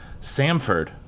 Samford